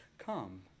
come